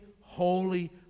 holy